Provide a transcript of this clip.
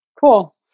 Cool